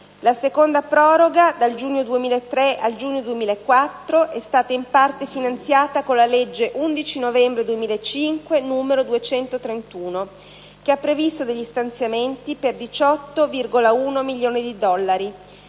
La seconda proroga, dal giugno 2003 al giugno 2004, è stata in parte finanziata con la legge 11 novembre 2005, n. 231, che ha previsto degli stanziamenti per 18,1 milioni di dollari.